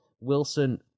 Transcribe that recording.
Wilson